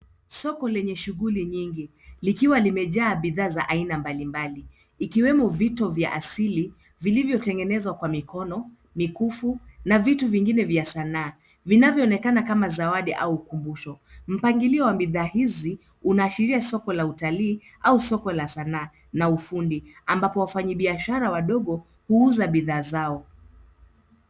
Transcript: Soko lenye shughuli nyingi likiwa limejaa bidhaa za aina mbali mbali, ikiwemo vito vya asili vilivyotengenezwa kwa mikono, mikufu na vitu vingine vya sanaa vinavyoonekana kama zawadi au kumbusho. Mpangilio wa bidhaa hizi unaashiria soko la utalii au soko la sanaa na ufundi, ambapo wafanyibiashara wadogo huuza bidhaa zao.